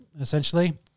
essentially